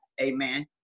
Amen